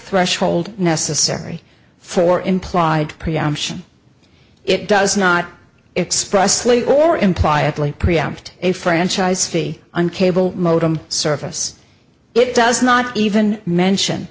threshold necessary for implied preemption it does not express lane or imply a preempt a franchise fee on cable modem service it does not even mention